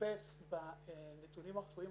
לחפש בנתונים הרפואיים,